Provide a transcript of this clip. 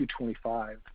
225